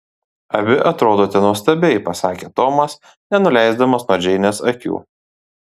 abi atrodote nuostabiai pasakė tomas nenuleisdamas nuo džeinės akių